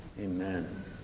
Amen